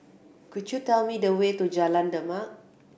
could you tell me the way to Jalan Demak